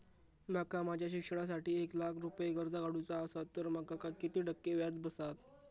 माका माझ्या शिक्षणासाठी एक लाख रुपये कर्ज काढू चा असा तर माका किती टक्के व्याज बसात?